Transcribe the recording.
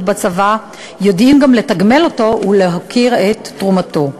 בצבא יודעים גם לתגמל אותו ולהוקיר את תרומתו.